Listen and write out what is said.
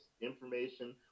Information